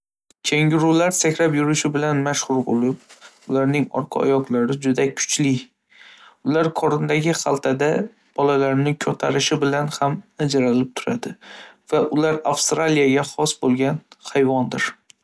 Kengurular sakrab yurishi bilan mashhur bo‘lib, ularning orqa oyoqlari juda kuchli. Ular qornidagi xaltada bolalarini ko‘tarishi bilan ham ajralib turadi va Avstraliyaga xos bo‘lgan hayvonlardir.